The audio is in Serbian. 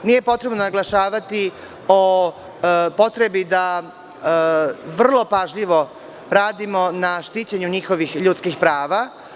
Nije potrebno naglašavati o potrebi da vrlo pažljivo radimo na štićenju njihovih ljudskih prava.